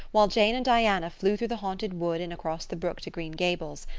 while jane and diana flew through the haunted wood and across the brook to green gables.